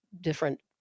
different